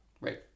Right